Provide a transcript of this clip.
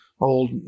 old